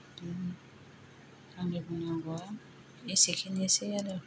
आंनि बुंनांगौआ एसेखिनिसै आरो